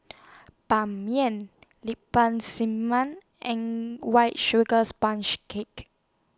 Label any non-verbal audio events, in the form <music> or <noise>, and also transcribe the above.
Ban Mian Lemper <unintelligible> Man and White Sugar Sponge Cake